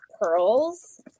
Pearls